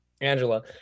Angela